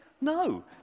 No